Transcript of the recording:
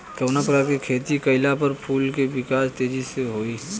कवना प्रकार से खेती कइला पर फूल के विकास तेजी से होयी?